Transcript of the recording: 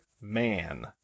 Man